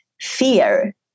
fear